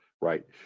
right